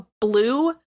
blue